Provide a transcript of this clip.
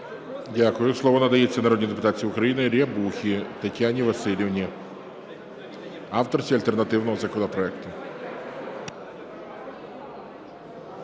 Дякую. Слово надається народній депутатці України Рябусі Тетяні Василівні, авторці альтернативного законопроекту.